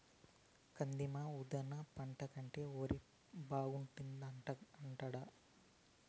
కాదమ్మీ ఉద్దాన పంట కంటే ఒరే బాగుండాది అంటాండా